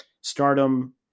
stardom